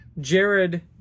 Jared